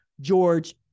George